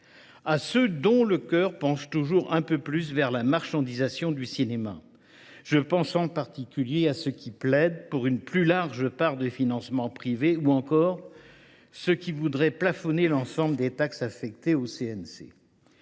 à ceux dont le cœur penche toujours un peu plus vers la marchandisation du cinéma. Je pense en particulier à ceux qui plaident pour une plus large part de financement privé ou encore à ceux qui voudraient plafonner l’ensemble des taxes affectées au CNC.